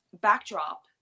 backdrop